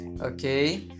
okay